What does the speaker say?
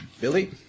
Billy